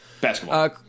Basketball